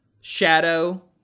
shadow